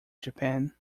japan